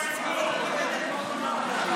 בזכותכם הם,